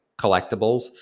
collectibles